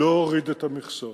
לא הוריד את המכסות,